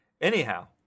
Anyhow